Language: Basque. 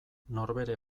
norbere